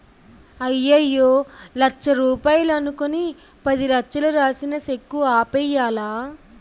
అయ్యయ్యో లచ్చ రూపాయలు అనుకుని పదిలచ్చలు రాసిన సెక్కు ఆపేయ్యాలా